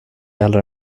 hellre